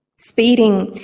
speeding.